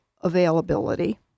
availability